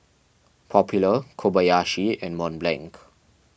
Popular Kobayashi and Mont Blanc